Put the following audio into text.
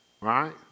right